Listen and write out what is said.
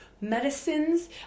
medicines